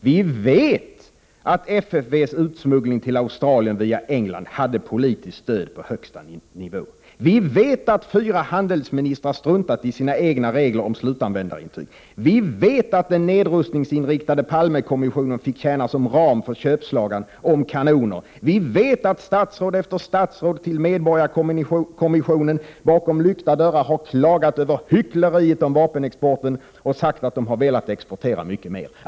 Vi vet att FFV:s utsmuggling av vapen till Australien via England hade politiskt stöd på högsta nivå, vi vet att fyra handelsministrar struntat i sina egna regler om slutanvändarintyg, vi vet att den nedrustningsinriktade Palmekommissionen fick tjäna som ram för köpslagan om kanoner, vi vet att statsråd efter statsråd inför medborgarkommissionen bakom lyckta dörrar har klagat över ”hyckleriet” när det gäller vapenexporten och sagt att de hade velat exportera mycket mer.